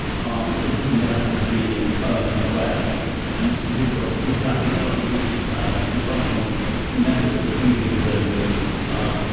um because he never had to really ah earn his way and this is his way. i think slightly ah dysfunctional method of proving his own abilities are,